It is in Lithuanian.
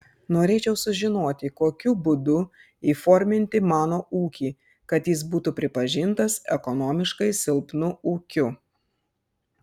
norėčiau sužinoti kokiu būdu įforminti mano ūkį kad jis būtų pripažintas ekonomiškai silpnu ūkiu